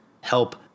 help